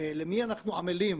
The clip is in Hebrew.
למי אנחנו עמלים,